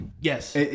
Yes